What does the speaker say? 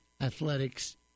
Athletics